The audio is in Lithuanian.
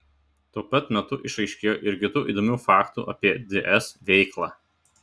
tuo pat metu išaiškėjo ir kitų įdomių faktų apie ds veiklą